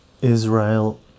Israel